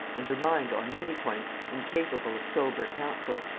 and her mind on many points incapable of sober counsel.